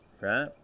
right